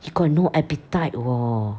he got no appetite orh